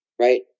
right